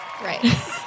Right